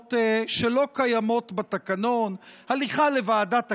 קיימות בתקנון, הליכה לוועדת הכנסת,